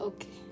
Okay